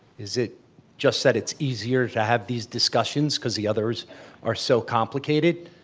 is it just that it's easier to have these discussions cause the others are so complicated?